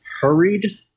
hurried